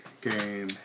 game